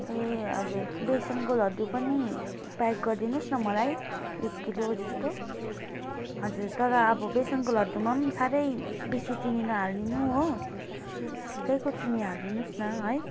ए हजुर बेसनको लड्डु पनि प्याक गरिदिनुहोस् न मलाई एक किलो जस्तो हजुर तर अब बेसनको लड्डुमा पनि साह्रै बेसी चिनी नहाल्दिनु हो ठिकैको चिनी हालिदिनुहोस् न है